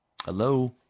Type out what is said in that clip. Hello